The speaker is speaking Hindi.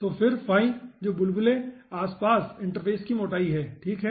तो फिर जो बुलबुले आस पास इंटरफ़ेस की मोटाई है ठीक है